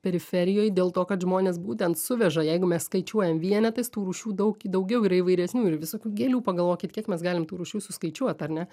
periferijoj dėl to kad žmonės būtent suveža jeigu mes skaičiuojam vienetais tų rūšių daug daugiau ir įvairesnių ir visokių gėlių pagalvokit kiek mes galim tų rūšių suskaičiuot ar ne